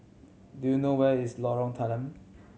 do you know where is Lorong Tanggam